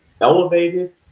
elevated